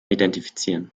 identifizieren